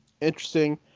interesting